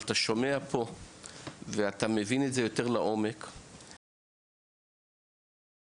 אבל אתה שומע פה ואתה מבין את זה יותר לעומק אז זה אחרת לגמרי.